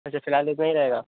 اچھا فی الحال اتنا ہی رہے گا